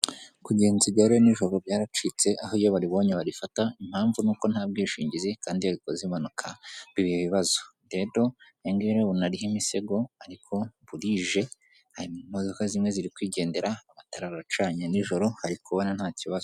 Kugenza igare nijoro byaracitse, aho iyo babonye barifata impamvu ni uko nta bwishingizi kandi iyo rikoze impanuka biba ibibazo, rero iri ngiri urabibona ririho imisego, ariko burije imodoka zimwe ziri kwigendera, amatara aracanye nijoro hari kubona nta kibazo.